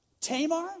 Tamar